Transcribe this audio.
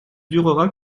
durera